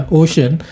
ocean